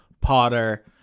Potter